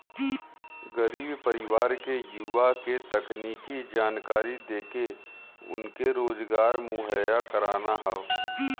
गरीब परिवार के युवा के तकनीकी जानकरी देके उनके रोजगार मुहैया कराना हौ